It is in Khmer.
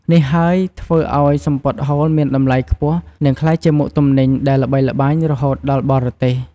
នេះហើយធ្វើឲ្យសំពត់ហូលមានតម្លៃខ្ពស់ និងក្លាយជាមុខទំនិញដែលល្បីល្បាញរហូតដល់បរទេស។